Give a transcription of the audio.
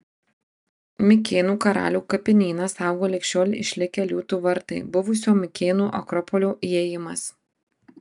mikėnų karalių kapinyną saugo lig šiol išlikę liūtų vartai buvusio mikėnų akropolio įėjimas